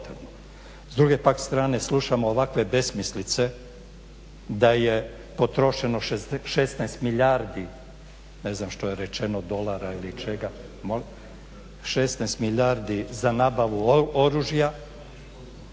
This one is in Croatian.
S druge pak strane slušam ovakve besmislice da je potrošeno 16 milijardi ne znam što je